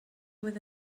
with